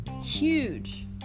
huge